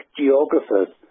geographers